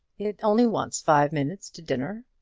it only wants five minutes to dinner.